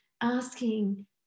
asking